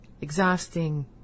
exhausting